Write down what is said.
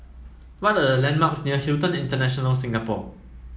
what are the landmarks near Hilton International Singapore